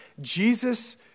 Jesus